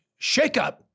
shakeup